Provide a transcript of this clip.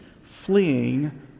fleeing